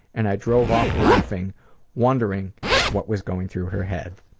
and i drove off laughing wondering what was going through her head.